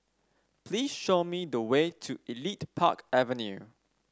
please show me the way to Elite Park Avenue